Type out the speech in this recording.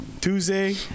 Tuesday